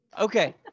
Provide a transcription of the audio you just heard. Okay